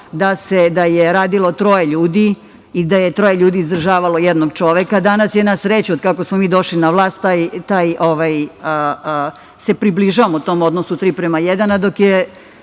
da je radilo troje ljudi i da je troje ljudi izdržavalo jednog čoveka. Danas je na sreću kako smo mi došli na vlast, približavamo tom odnosu 3:1,